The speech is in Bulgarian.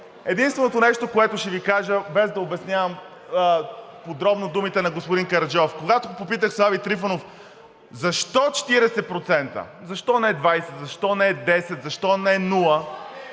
единственото нещо, което ще Ви кажа, без да обяснявам подробно думите на господин Караджов. Когато попитах Слави Трифонов защо 40%, защо не 20, защо не 10, защо не нула?